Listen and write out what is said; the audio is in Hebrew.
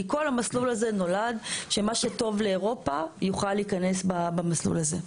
כי כל המסלול הזה נולד שמה שטוב לאירופה יוכל להיכנס במסלול הזה.